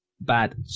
Bad